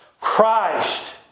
Christ